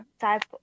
type